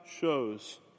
shows